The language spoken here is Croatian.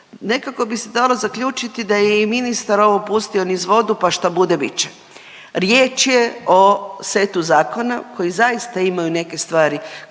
Nekako bi se dalo zaključiti da je i ministar ovo pustio niz vodu, pa šta bude bit će. Riječ je o setu zakona koji zaista imaju neke stvari